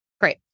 Great